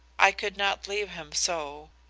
i could not leave him so.